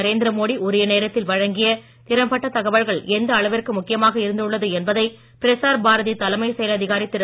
நரேந்திர மோடி உரிய நேரத்தில் வழங்கிய திறம் பட்ட தகவல்கள் எந்த அளவிற்கு முக்கியமாக இருந்துள்ளது என்பதை பிரசார் பாரதி தலைமை செயல் அதிகாரி திரு